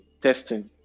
testing